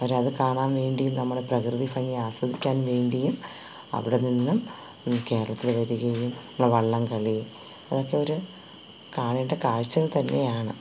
അവർ അത് കാണാൻ വേണ്ടിയും നമ്മുടെ പ്രകൃതി ഭംഗി ആസ്വദിക്കാൻ വേണ്ടിയും അവിടെ നിന്നും ഇങ്ങു കേരളത്തിൽ വരികയും വള്ളംകളി അതൊക്കെ ഒരു കാണേണ്ട കാഴ്ച്ചകൾ തന്നെയാണ്